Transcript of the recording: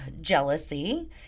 jealousy